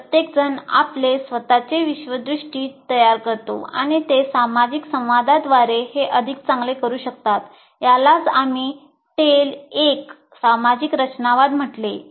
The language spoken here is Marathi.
प्रत्येकजण आपले स्वत चे विश्वदृष्टी तयार करतो आणि ते सामाजिक संवादांद्वारे हे अधिक चांगले करू शकतात यालाच आम्ही टेल 1 सामाजिक रचनावाद म्हटले आहे